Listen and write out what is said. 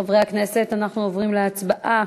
חברי הכנסת, אנחנו עוברים להצבעה